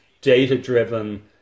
data-driven